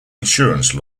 insurance